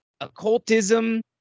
occultism